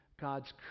God's